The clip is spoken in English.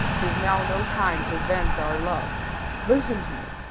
tis now no time to vent our love listen to me,